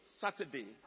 Saturday